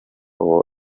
uwo